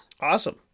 Awesome